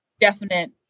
definite